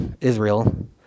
Israel